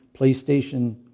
PlayStation